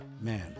man